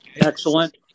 Excellent